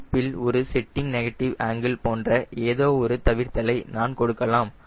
டிப்பில் ஒரு setting negative angle போன்ற ஏதோ ஒரு தவிர்த்தலை நான் கொடுக்கலாம்